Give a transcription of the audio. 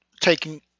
taking